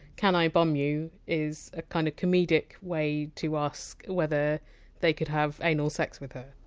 can i bum you? is a kind of comedic way to ask whether they could have anal sex with her.